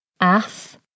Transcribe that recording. Ath